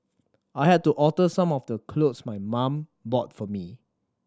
I had to alter some of the clothes my mum bought for me